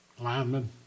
Lineman